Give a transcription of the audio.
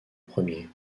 premier